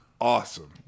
awesome